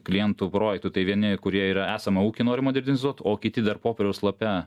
klientų projektų tai vieni kurie yra esamą ūkį nori modernizuot o kiti dar popieriaus lape